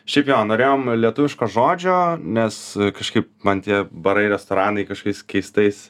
šiaip jo norėjom lietuviško žodžio nes kažkaip man tie barai restoranai kažkokiais keistais